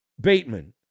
Bateman